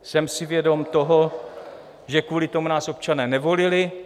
Jsem si vědom toho, že kvůli tomu nás občané nevolili.